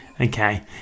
Okay